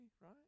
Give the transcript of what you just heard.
right